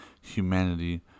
humanity